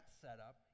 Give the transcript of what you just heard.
setup